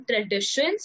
traditions